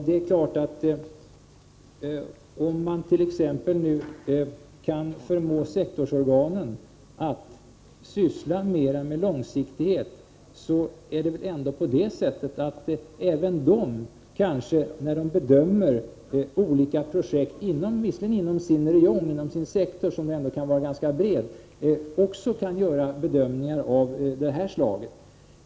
Om man nu t.ex. kan förmå sektorsorganen att syssla mer med långsiktighet kan väl även de när de tar ställning till olika projekt — visserligen inom sin sektor, men den kan vara ganska bred — också göra bedömningar av detta slag.